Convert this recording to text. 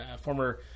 former